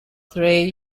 three